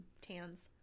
tans